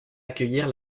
accueillir